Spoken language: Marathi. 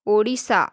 ओडिसा